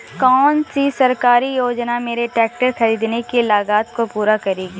कौन सी सरकारी योजना मेरे ट्रैक्टर ख़रीदने की लागत को पूरा करेगी?